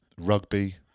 rugby